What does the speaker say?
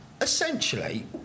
Essentially